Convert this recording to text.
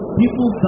people